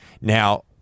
now